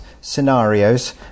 scenarios